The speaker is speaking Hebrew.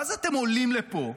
ואז אתם עולים לפה,